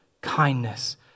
Kindness